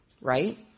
right